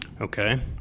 Okay